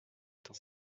dans